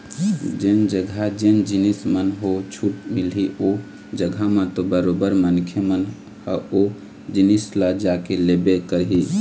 जेन जघा जेन जिनिस मन ह छूट मिलही ओ जघा म तो बरोबर मनखे मन ह ओ जिनिस ल जाके लेबे करही